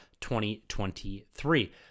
2023